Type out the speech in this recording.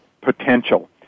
potential